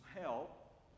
help